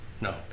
no